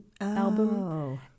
album